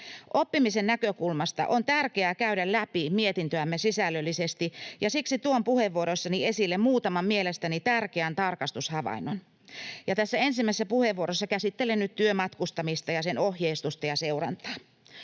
Oppimisen näkökulmasta on tärkeää käydä läpi mietintöämme sisällöllisesti, ja siksi tuon puheenvuorossani esille muutaman mielestäni tärkeän tarkastushavainnon. Tässä ensimmäisessä puheenvuorossa käsittelen nyt työmatkustamista ja sen ohjeistusta ja seurantaa.